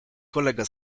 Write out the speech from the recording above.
kolega